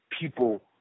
people